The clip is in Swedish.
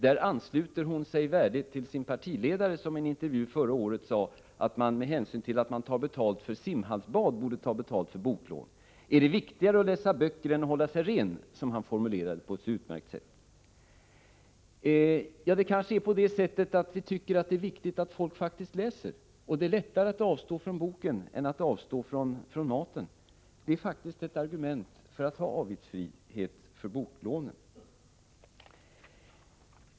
Där ansluter hon sig värdigt till sin partiledare, som i en intervju förra året sade att man med hänsyn till att man tar betalt för simhallsbad borde ta betalt för boklån — är det viktigare att läsa böcker än att hålla sig ren?, som han så utmärkt formulerade det. Ja, det kanske är så att vi tycker det är viktigt att folk faktiskt läser. Och det är lättare att avstå från boken än att avstå från maten. Det är faktiskt ett argument för avgiftsfria boklån.